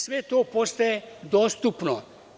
Sve to postaje dostupno.